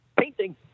painting